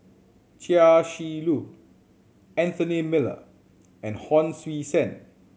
Chia Shi Lu Anthony Miller and Hon Sui Sen